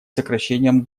сокращением